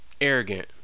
arrogant